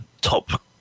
top